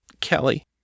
Kelly